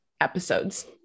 episodes